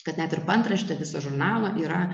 kad net ir paantraštė viso žurnalo yra